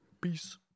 Peace